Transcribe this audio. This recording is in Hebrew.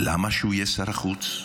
למה שהוא יהיה שר החוץ?